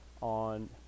on